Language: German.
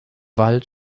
wald